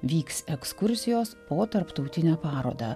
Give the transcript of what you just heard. vyks ekskursijos po tarptautinę parodą